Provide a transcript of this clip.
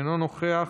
אינו נוכח,